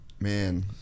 Man